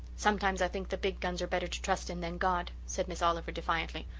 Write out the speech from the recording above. sometimes i think the big guns are better to trust in than god, said miss oliver defiantly.